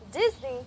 Disney